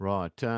Right